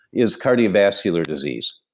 is cardiovascular disease.